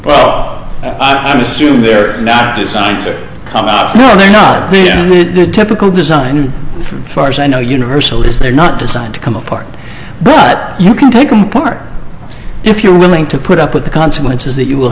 well i'm assuming they're not designed to come off they're not the typical design from far as i know universal is they're not designed to come apart but you can take part if you're willing to put up with the consequences that you will